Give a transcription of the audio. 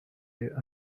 their